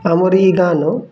ଆମର୍ ଇ ଗାଁ ନୁ